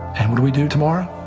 and what do we do tomorrow?